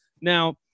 Now